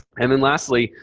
and then lastly,